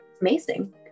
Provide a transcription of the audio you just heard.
amazing